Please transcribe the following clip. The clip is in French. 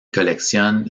collectionne